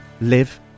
live